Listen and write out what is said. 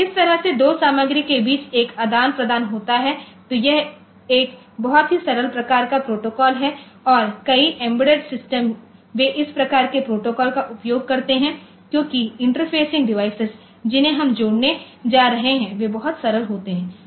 तो इस तरह से दो सामग्री के बीच एक आदान प्रदान होता है तो यह एक बहुत ही सरल प्रकार का प्रोटोकॉल है और कई एम्बेडेड सिस्टम वे इस प्रकार के प्रोटोकॉल का उपयोग करते हैं क्योंकि इंटरफेसिंग डिवाइस जिन्हें हम जोड़ने जा रहे हैं वे बहुत सरल होते हैं